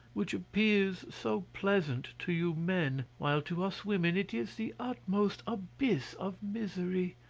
which appears so pleasant to you men, while to us women it is the utmost abyss of misery.